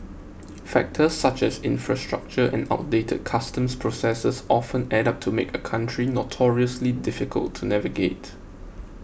factors such as infrastructure and outdated customs processes often add up to make a country notoriously difficult to navigate